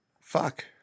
Fuck